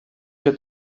się